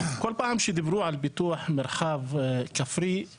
כל פעם שדיברו על פיתוח מרחב כפרי,